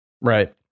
Right